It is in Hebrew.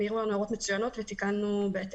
הם העירו לנו הערות מצוינות ותיקנו בהתאם.